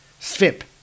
Svip